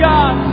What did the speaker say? God